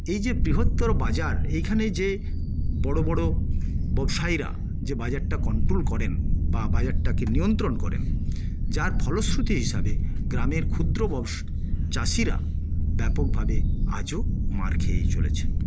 এই যে বৃহত্তর বাজার এইখানে যে বড় বড় ববসায়ীরা যে বাজারটা কন্ট্রোল করেন বা বাজারটাকে নিয়ন্ত্রণ করেন যার ফলশ্রুতি হিসাবে গ্রামের ক্ষুদ্র ববস চাষীরা ব্যাপক ভাবে আজও মার খেয়েই চলেছেন